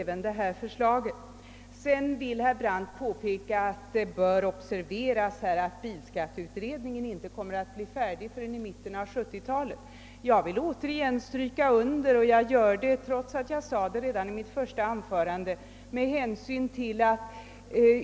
Sedan påpekar herr Brandt att det bör observeras att bilskatteutredningen inte kommer att bli färdig förrän i mitten på 1970-talet.